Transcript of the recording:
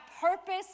purpose